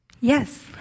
Yes